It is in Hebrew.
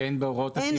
שאין בהוראות כדי למנוע.